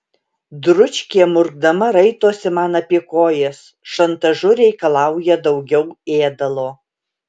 dručkė murkdama raitosi man apie kojas šantažu reikalauja daugiau ėdalo